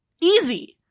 Easy